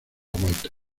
walter